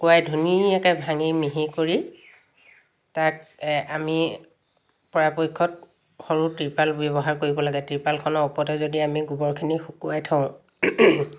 শুকোৱাই ধুনীয়াকৈ ভাঙি মিহি কৰি তাক আমি পাৰা পক্ষত সৰু তিৰপাল ব্যৱহাৰ কৰিব লাগে তিৰপালখনৰ ওপৰতে যদি আমি গোবৰখিনি শুকোৱাই থওঁ